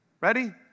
Ready